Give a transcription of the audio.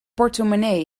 portemonnee